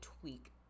tweak